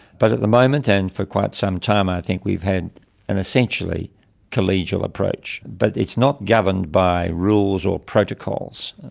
but at the moment, and for quite some time, i think we've had an essentially collegial approach. but it's not governed by rules or protocols.